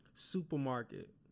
Supermarket